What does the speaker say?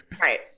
Right